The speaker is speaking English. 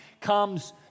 comes